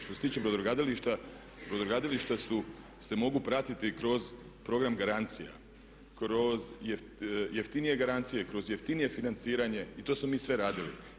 Što se tiče brodogradilišta, brodogradilišta se mogu pratiti kroz program garancija, kroz jeftinije garancije, kroz jeftinije financiranje i to smo mi sve radili.